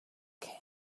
que